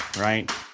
right